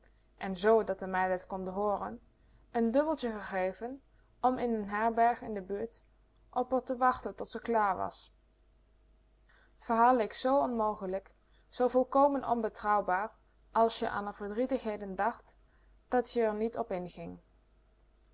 en z dat de meiden t konden hooren n dubbeltje gegeven om in n herberg in de buurt op r te wachten tot ze klaar was t verhaal leek zoo onmogelijk zoo volkomen onbetrouwbaar als je an r verdrietigheden dacht dat je r niet op